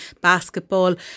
basketball